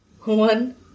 one